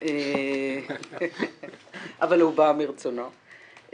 אבל הוא בא מרצונו.